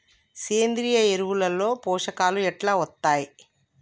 సేంద్రీయ ఎరువుల లో పోషకాలు ఎట్లా వత్తయ్?